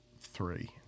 Three